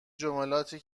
جملاتی